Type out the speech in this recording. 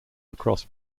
across